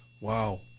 Wow